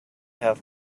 have